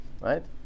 right